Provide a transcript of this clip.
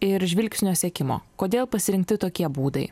ir žvilgsnio sekimo kodėl pasirinkti tokie būdai